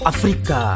Africa